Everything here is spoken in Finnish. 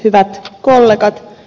hyvät kollegat